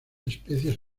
especies